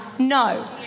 No